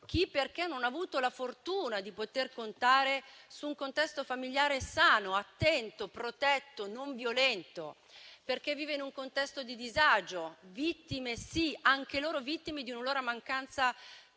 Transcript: chi perché non ha avuto la fortuna di poter contare su un contesto familiare sano, attento, protetto, non violento, perché vive in un contesto di disagio. Vittime, sì; anche loro vittime di una mancanza di